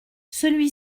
celui